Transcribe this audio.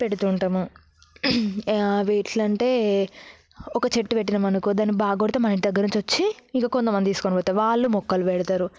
పెడుతూ ఉంటాము అవి ఎలా అంటే ఒక చెట్టు పెట్టాము అనుకో దాన్ని బాగా పెడితే మన ఇంటి దగ్గర నుంచి వచ్చి ఇంకా కొంతమంది తీసుకొని పోతారు వాళ్ళు మొక్కలు పెడతారు